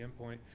endpoint